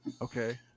okay